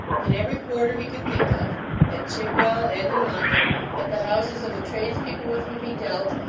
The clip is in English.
in every quarter he could think of at chigwell and in london at the houses of the tradespeople with whom he dealt,